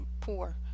poor